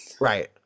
right